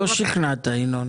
לא שכנעת, ינון.